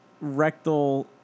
rectal